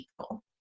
people